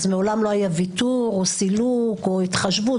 אז מעולם לא היה ויתור או סילוק או התחשבות.